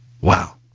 Wow